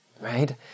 Right